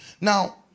Now